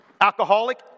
Alcoholic